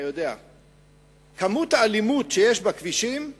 שהיקף האלימות בכבישים,